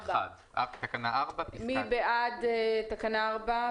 מי בעד תקנה 4,